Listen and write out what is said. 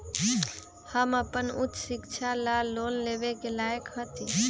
हम अपन उच्च शिक्षा ला लोन लेवे के लायक हती?